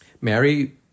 Mary